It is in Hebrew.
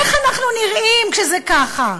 איך אנחנו נראים כשזה ככה?